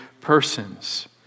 persons